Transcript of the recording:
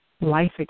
life